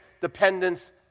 dependence